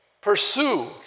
pursue